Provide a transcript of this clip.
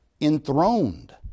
Enthroned